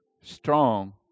strong